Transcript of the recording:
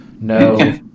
No